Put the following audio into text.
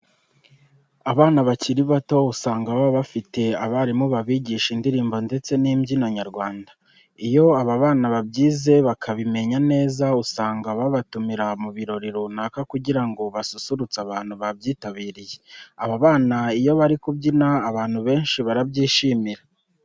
Abana bakiri bato usanga baba bafite abarimu babigisha indirimbo ndetse n'imbyino nyarwanda. Iyo aba bana babyize bakabimenya neza usanga babatumira mu birori runaka kugira ngo basusurutse abantu babyitabiriye. Aba bana iyo bari kubyina abantu benshi barabyishimira.